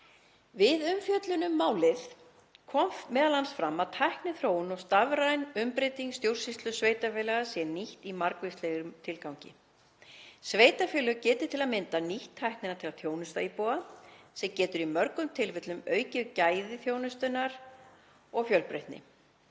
Við umfjöllun um málið kom m.a. fram að tækniþróun og stafræn umbreyting stjórnsýslu sveitarfélaga sé nýtt í margvíslegum tilgangi. Sveitarfélög geti til að mynda nýtt tæknina til að þjónusta íbúa, sem getur í mörgum tilvikum aukið gæði þeirrar þjónustu